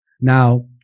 Now